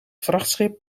vrachtschip